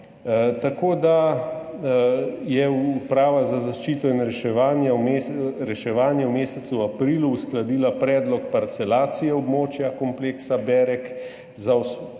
Slovenije za zaščito in reševanje v mesecu aprilu uskladila predlog parcelacije območja kompleksa Berek za